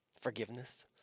forgiveness